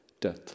death